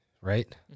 Right